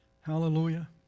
Hallelujah